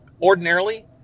Ordinarily